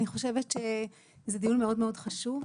אני חושבת שזה דיון מאוד מאוד חשוב.